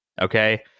Okay